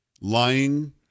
lying